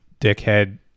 dickhead